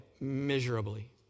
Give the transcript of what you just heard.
miserably